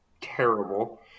terrible